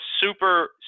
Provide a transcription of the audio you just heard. super